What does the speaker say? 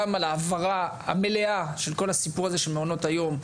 גם על ההעברה המלאה של כל הסיפור הזה של מעונות היום,